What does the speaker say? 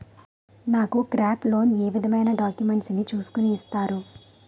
నాకు crop loan ఏ విధమైన డాక్యుమెంట్స్ ను చూస్కుని ఇస్తారు?